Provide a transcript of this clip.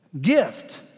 gift